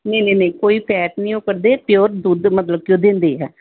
ਨਹੀਂ ਨਹੀਂ ਨਹੀਂ ਕੋਈ ਫੈਟ ਨਹੀਂ ਉਹ ਕੱਢਦੇ ਪਿਓਰ ਦੁੱਧ ਮਤਲਬ ਕਿ ਉਹ ਦਿੰਦੇ ਹੈ